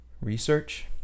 Research